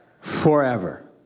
Forever